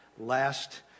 last